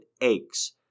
aches